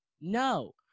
no